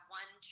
one